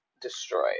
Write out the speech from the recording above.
destroyed